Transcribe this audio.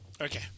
Okay